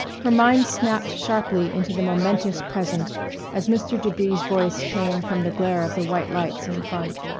her mind snapped sharply into the momentous present as mr. debris's voice came from the glare of the white lights in front.